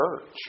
church